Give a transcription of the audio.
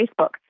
Facebook